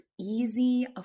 easy